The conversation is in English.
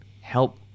help